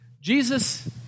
Jesus